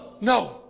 No